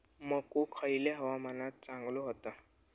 मको खयल्या हवामानात चांगलो होता?